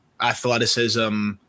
athleticism